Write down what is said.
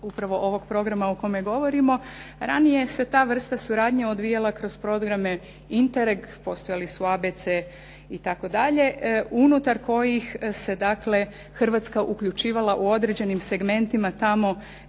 upravo ovog programa o kome govorimo, ranije se ta vrsta suradnje odvijala kroz programe "Interek" postojali su a, b, c itd. unutar kojih se Hrvatska uključivala u određenim segmentima tamo